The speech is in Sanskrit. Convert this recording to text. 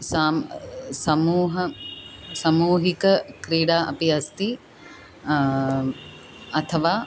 सां समूह सामूहिकक्रीडा अपि अस्ति अथवा